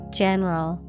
general